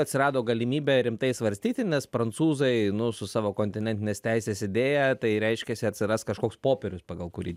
atsirado galimybė rimtai svarstyti nes prancūzai nu su savo kontinentinės teisės idėja tai reiškiasi atsiras kažkoks popierius pagal kurį